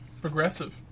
Progressive